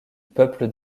peuple